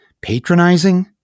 patronizing